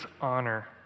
honor